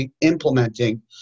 implementing